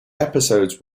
episodes